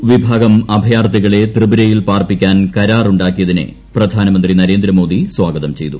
Bru വിഭാഗം അഭയാർത്ഥികളെ ത്രിപൂരുയിൽ പാർപ്പിക്കാൻ കരാർ ഉണ്ടാക്കിയതിനെ പ്രധാനമന്ത്രി നശ്രീന്ദ്മോദി സ്ഥാഗതം ചെയ്തു